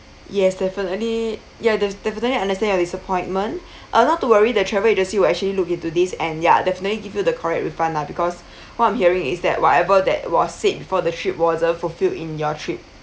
yes definitely ya def~ definitely understand your disappointment uh not to worry the travel agency will actually look into this and ya definitely give you the correct refund lah because what I'm hearing is that whatever that was said before the trip wasn't fulfilled in your trip